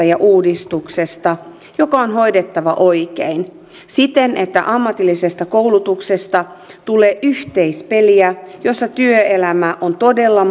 ja uudistuksesta joka on hoidettava oikein siten että ammatillisesta koulutuksesta tulee yhteispeliä jossa työelämä on todella